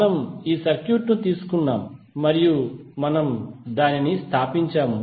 మనము ఈ సర్క్యూట్ తీసుకున్నాము మరియు మనము దానిని స్థాపించాము